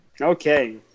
okay